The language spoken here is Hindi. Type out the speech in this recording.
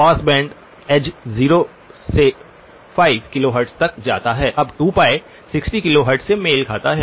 पास बैंड एज 0 से 5 किलोहर्ट्ज़ तक जाता है अब 2π 60 किलोहर्ट्ज़ से मेल खाता है